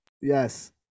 Yes